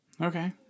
Okay